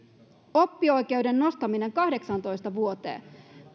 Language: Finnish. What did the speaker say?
oppioikeuden nostaminen kahdeksaantoista vuoteen